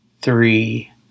three